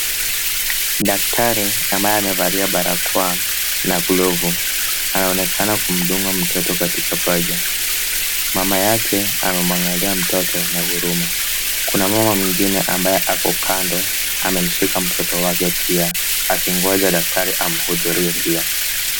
Daktari ambaye amevalia barakoa na glovu, anaonekana kumdunga mtoto katika paja. Mama yake anamwangalia mtoto na huruma. Kuna mama mwingine ambaye ako kando, amemshika mtoto wake pia, akingoja daktari amuhudumie pia.